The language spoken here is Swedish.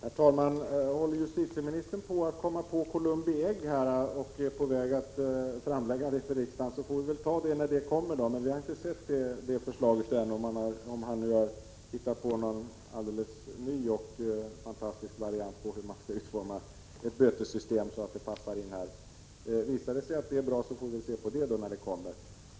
Herr talman! Om justitieministern håller på att hitta ett Columbi ägg här och är på väg att framlägga förslag för riksdagen, så får vi väl ta ställning till detta när det kommer. Men vi har ju inte sett förslaget ännu — om justitieministern nu har hittat på någon ny och helt fantastisk variant när det gäller hur man skall utforma ett bötessystem så att det passar in här. Visar det sig att förslaget är bra, får vi naturligtvis se på det när det kommer.